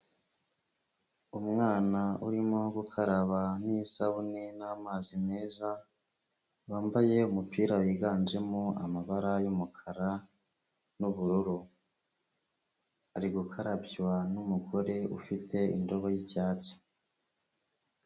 Umwana urimo gukaraba n'isabune n'amazi meza, wambaye umupira wiganjemo amabara y'umukara n'ubururu. Ari gukarabywa n'umugore ufite indobo y'icyatsi.